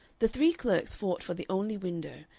the three clerks fought for the only window,